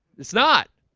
it's not